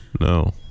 no